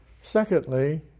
Secondly